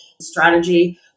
strategy